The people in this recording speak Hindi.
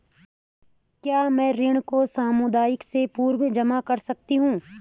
क्या मैं ऋण को समयावधि से पूर्व जमा कर सकती हूँ?